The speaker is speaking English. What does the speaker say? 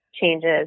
changes